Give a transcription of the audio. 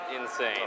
insane